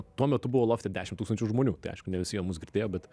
tuo metu buvo lofte dešimt tūkstančių žmonių tai aišku ne visi jie mus girdėjo bet